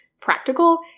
practical